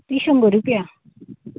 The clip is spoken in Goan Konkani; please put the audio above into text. ती शंबर रुपया